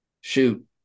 Shoot